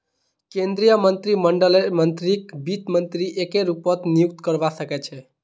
केन्द्रीय मन्त्रीमंडललेर मन्त्रीकक वित्त मन्त्री एके रूपत नियुक्त करवा सके छै